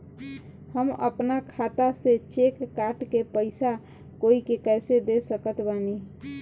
हम अपना खाता से चेक काट के पैसा कोई के कैसे दे सकत बानी?